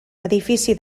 edifici